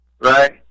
right